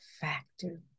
factor